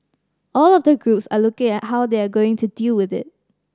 all of the groups are looking at how they are going to deal with it